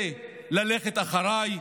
זה "ללכת אחריי"?